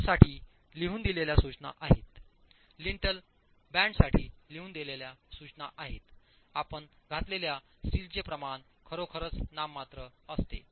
कटसाठी लिहून दिलेल्या सूचना आहेत लिन्टल बँडसाठी लिहून दिलेल्या सूचना आहेतआपण घातलेल्या स्टीलचे प्रमाण खरोखर नाममात्र असते